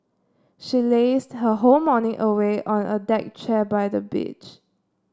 she lazed her whole morning away on a deck chair by the beach